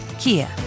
Kia